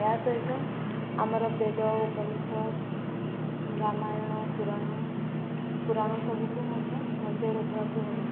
ଏହା ସହିତ ଆମର ବେଦ ଉପନିଷେଦ ରାମାୟଣ ପୁରାଣ ପୁରାଣ ସବୁକୁ ମଧ୍ୟ ବଞ୍ଚାଇ ରଖିବାକୁ ହେବ